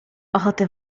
ochotę